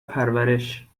پرورش